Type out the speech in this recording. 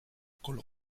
colo